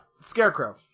scarecrow